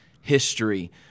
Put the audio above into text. history